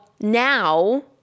now